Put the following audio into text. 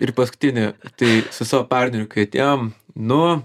ir paskutinį tai su savo partneriu kai atėjom nu